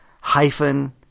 hyphen